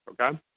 okay